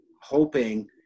hoping